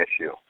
issue